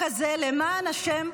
למען השם,